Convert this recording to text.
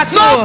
no